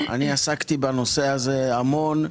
אני עסקתי בנושא הזה המון.